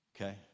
Okay